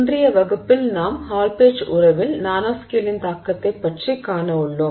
இன்றைய வகுப்பில் நாம் ஹால் பெட்ச் உறவில் நானோஸ்கேலின் தாக்கத்தைப் பற்றி காண உள்ளோம்